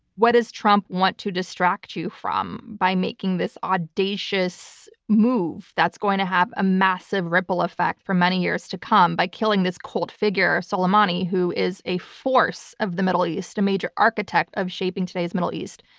what does trump want to distract you from by making this audacious move that's going to have a massive ripple effect for many years to come by killing this cult figure, soleimani, who is a force of the middle east, a major architect of shaping today's middle east?